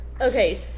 Okay